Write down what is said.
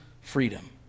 freedom